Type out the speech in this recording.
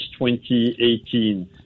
2018